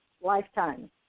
lifetime